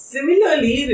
Similarly